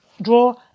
draw